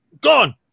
gone